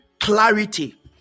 clarity